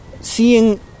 seeing